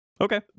Okay